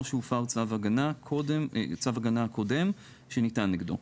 או שהופר צו הגנה קודם שניתן נגדו,